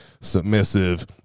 submissive